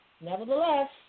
Nevertheless